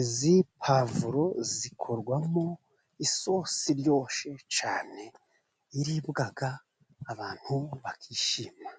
izi pavuro zikorwamo isosi iryoshe cyane, iribwa abantu bakishima.